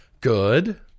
Good